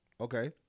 Okay